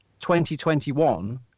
2021